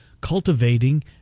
cultivating